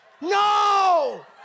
No